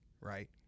Right